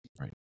Right